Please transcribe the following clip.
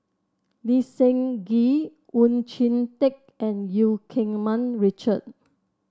Lee Seng Gee Oon Jin Teik and Eu Keng Mun Richard